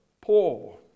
poor